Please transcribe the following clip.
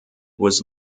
was